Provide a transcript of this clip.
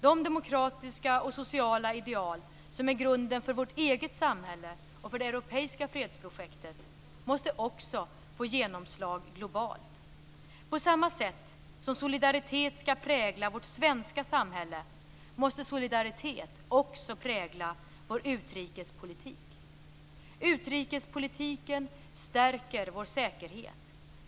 De demokratiska och sociala ideal som är grunden för vårt eget samhälle och för det europeiska fredsprojektet måste också få genomslag globalt. På samma sätt som solidaritet skall prägla vårt svenska samhälle måste solidaritet också prägla vår utrikespolitik. Utrikespolitiken stärker vår säkerhet.